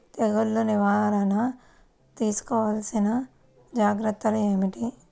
తెగులు నివారణకు తీసుకోవలసిన జాగ్రత్తలు ఏమిటీ?